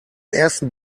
ersten